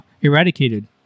eradicated